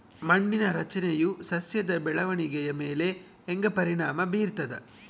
ಮಣ್ಣಿನ ರಚನೆಯು ಸಸ್ಯದ ಬೆಳವಣಿಗೆಯ ಮೇಲೆ ಹೆಂಗ ಪರಿಣಾಮ ಬೇರ್ತದ?